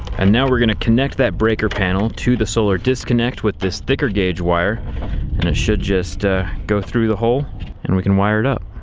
and now we're going to connect that breaker panel to the solar disconnect with this thicker gauge wire, and it should just go through the hole and we can wire it up.